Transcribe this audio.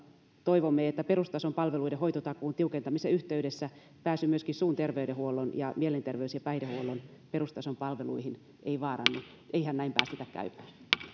toivomme että perustason palveluiden hoitotakuun tiukentamisen yhteydessä pääsy myöskään suun terveydenhuollon ja mielenterveys ja päihdehuollon perustason palveluihin ei vaarannu eihän näin päästetä käymään